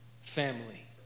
family